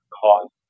cause